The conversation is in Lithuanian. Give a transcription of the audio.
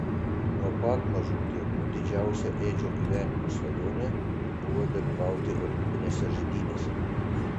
nuo pat mažų dienų didžiausia edžio gyvenimo svajonė buvo dalyvauti olimpinėse žaidynėse